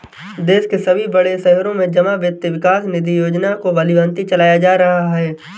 देश के सभी बड़े शहरों में जमा वित्त विकास निधि योजना को भलीभांति चलाया जा रहा है